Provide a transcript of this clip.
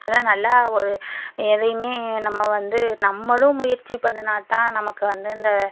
அதெலா நல்லா ஒரு எதையுமே நம்ம வந்து நம்மளும் முயற்சி பண்ணினாதான் நமக்கு வந்து இந்த